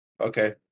okay